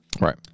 Right